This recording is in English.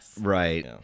Right